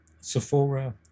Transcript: Sephora